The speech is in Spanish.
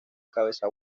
cabeza